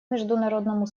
международному